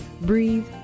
Breathe